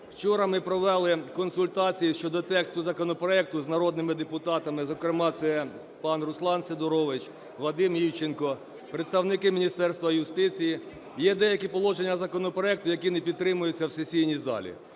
вчора ми провели консультації щодо тексту законопроекту з народними депутатами, зокрема це пан Руслан Сидорович, Вадим Івченко, представники Міністерства юстиції. Є деякі положення законопроекту, які не підтримуються в сесійній залі.